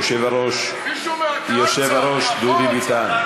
היושב-ראש דודי ביטן.